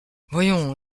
voyons